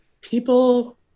People